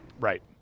Right